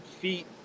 feet